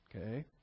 Okay